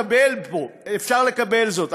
אפשר לקבל זאת,